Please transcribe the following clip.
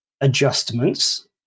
adjustments